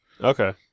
Okay